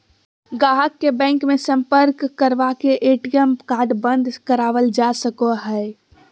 गाहक के बैंक मे सम्पर्क करवा के ए.टी.एम कार्ड बंद करावल जा सको हय